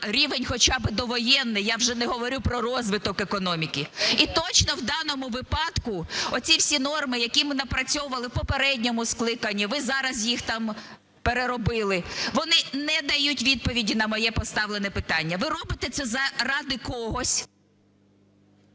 рівень хоча би довоєнний, я вже не говорю про розвиток економіки. І точно в даному випадку оці всі норми, які ми напрацьовували в попередньому скликанні, ви зараз їх там переробили, вони не дають відповіді на моє поставлене питання. Ви робите це заради когось…